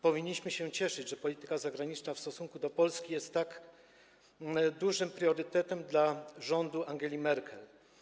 Powinniśmy się cieszyć, że polityka zagraniczna w stosunku do Polski jest tak dużym priorytetem dla rządu Angeli Merkel.